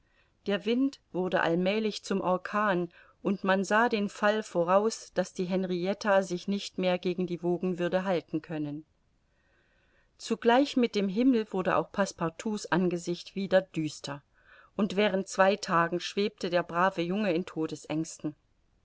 der wind wurde allmälig zum orkan und man sah den fall voraus daß die henritta sich nicht mehr gegen die wogen würde halten können zugleich mit dem himmel wurde auch passepartout's angesicht wieder düster und während zwei tagen schwebte der brave junge in